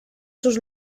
sus